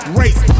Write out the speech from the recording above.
race